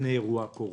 לפני אירוע הקורונה.